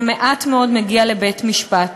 ומעט מאוד מגיע לבית-משפט.